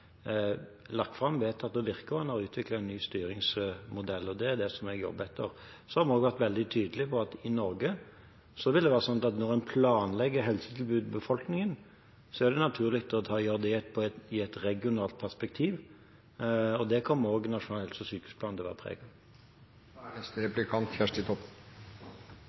lagt fram, vedtatt og virker og en har utviklet en ny styringsmodell. Det er det som jeg jobber etter. Så har vi også vært veldig tydelige på at i Norge vil det være sånn at når en planlegger helsetilbud til befolkningen, er det naturlig å gjøre det i et regionalt perspektiv. Det kommer også nasjonal helse- og sykehusplan til å bære preg av. Først vil eg takka for at statsråden kritiserer forslaget, for då kan vi iallfall debattera det. Det er